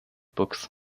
books